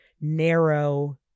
narrow